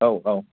औ औ